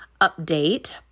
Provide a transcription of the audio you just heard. update